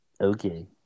Okay